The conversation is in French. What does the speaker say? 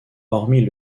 hormis